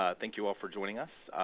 ah thank you all for joining us.